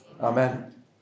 amen